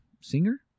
singer